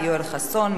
יואל חסון,